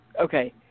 Okay